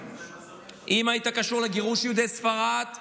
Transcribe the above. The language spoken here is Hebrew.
אם היית קשור לגירוש יהודי ספרד,